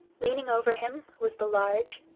leaning over him was the large,